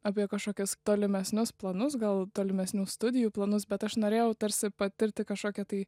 apie kašokius tolimesnius planus gal tolimesnių studijų planus bet aš norėjau tarsi patirti kašokią tai